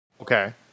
Okay